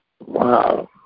Wow